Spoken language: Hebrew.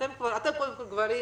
אתם הגברים,